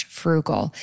frugal